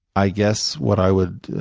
i guess what i would